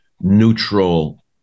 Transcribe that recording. neutral